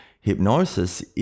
hypnosis